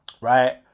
right